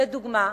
לדוגמה,